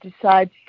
decides